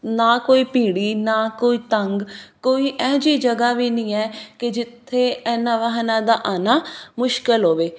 ਨਾ ਕੋਈ ਭੀੜੀ ਨਾ ਕੋਈ ਤੰਗ ਕੋਈ ਇਹੋ ਜਿਹੀ ਜਗ੍ਹਾ ਵੀ ਨਹੀਂ ਹੈ ਕਿ ਜਿੱਥੇ ਇਹਨਾਂ ਵਾਹਨਾਂ ਦਾ ਆਉਣਾ ਮੁਸ਼ਕਿਲ ਹੋਵੇ